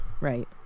Right